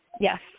Yes